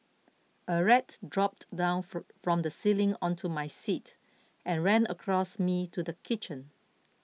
a rat dropped down from the ceiling onto my seat and ran across me to the kitchen